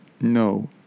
no